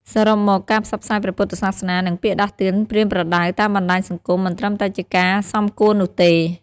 សរុបមក ការផ្សព្វផ្សាយព្រះពុទ្ធសាសនា និងពាក្យដាស់តឿនប្រៀនប្រដៅតាមបណ្តាញសង្គមមិនត្រឹមតែជាការសមគួរនោះទេ។